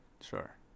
Sure